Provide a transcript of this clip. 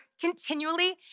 Continually